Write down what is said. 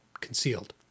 concealed